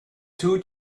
two